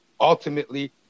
ultimately